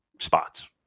spots